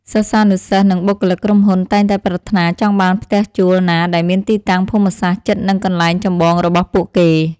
សិស្សានុសិស្សនិងបុគ្គលិកក្រុមហ៊ុនតែងតែប្រាថ្នាចង់បានផ្ទះជួលណាដែលមានទីតាំងភូមិសាស្ត្រជិតនឹងកន្លែងចម្បងរបស់ពួកគេ។